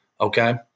okay